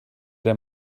der